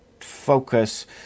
focus